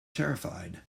terrified